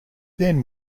then